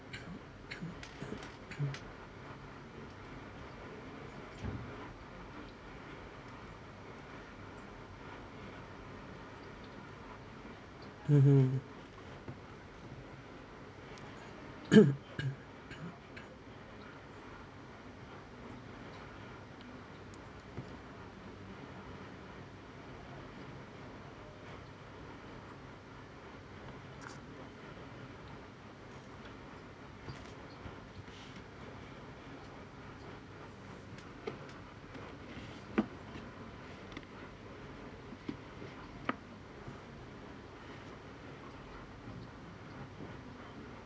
mmhmm